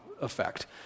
effect